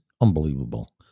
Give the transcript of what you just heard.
unbelievable